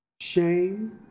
shame